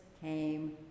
came